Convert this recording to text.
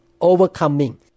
overcoming